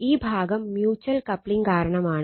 ഈ ഭാഗം mutual coupling കാരണമാണ്